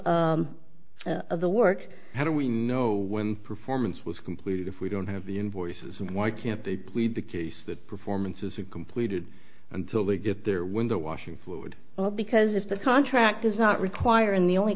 of the work how do we know when performance was complete if we don't have the invoices and why can't they plead the case that performance is a completed until they get their window washing fluid up because if the contract does not require and the only